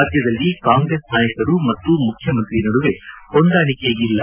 ರಾಜ್ಯದಲ್ಲಿ ಕಾಂಗ್ರೆಸ್ ನಾಯಕರು ಮತ್ತು ಮುಖ್ಯಮಂತ್ರಿ ನಡುವೆ ಹೊಂದಾಣಿಕೆ ಇಲ್ಲ